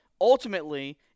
Ultimately